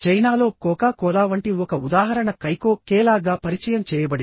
చైనాలో Coca Cola వంటి ఒక ఉదాహరణ కైకో కేలా గా పరిచయం చేయబడింది